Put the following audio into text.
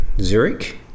Zurich